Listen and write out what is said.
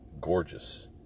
gorgeous